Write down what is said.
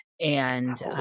And-